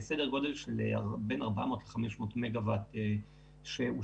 בסדר גודל של בין 400 ל-500 מגה-וואט שאושרו